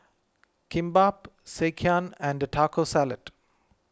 Kimbap Sekihan and Taco Salad